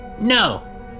No